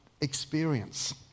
experience